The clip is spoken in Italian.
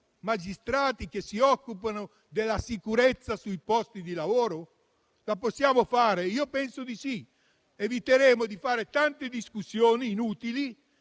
magistrati che si occupano di sicurezza sui posti di lavoro. Lo possiamo fare? Io penso di sì, eviteremmo di fare tante discussioni inutili